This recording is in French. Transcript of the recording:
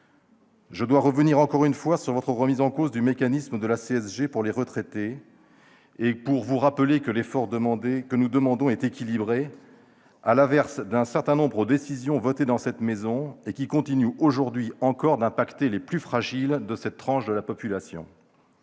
Je dois revenir encore une fois sur la remise en cause du mécanisme de la CSG pour les retraités et rappeler que l'effort que nous demandons est équilibré, à l'inverse d'un certain nombre d'autres décisions votées ici même, et qui continuent aujourd'hui encore d'affecter les plus fragiles de cette tranche de la population.